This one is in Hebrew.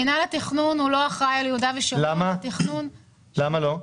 מינהל התכנון לא אחראי על יהודה ושומרון --- למה לא?